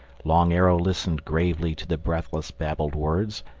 long arrow listened gravely to the breathless, babbled words,